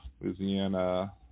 Louisiana